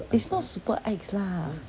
it's not super ex lah